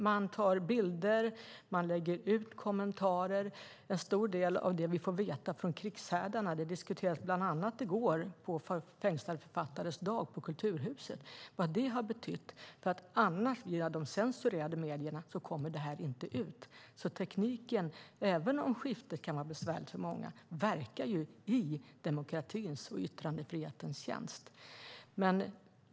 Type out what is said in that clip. Man tar bilder. Man lägger ut kommentarer. Det gäller en stor del av det vi får veta från krigshärdarna, för via de censurerade medierna kommer det inte ut. Vad det har betytt diskuterades i går på Fängslade författares dag på Kulturhuset. Även om skiftet kan vara besvärligt för många verkar tekniken i demokratins och yttrandefrihetens tjänst.